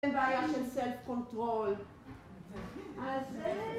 זה בעיה של סלף קונטרול.